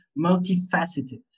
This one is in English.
multifaceted